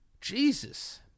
Jesus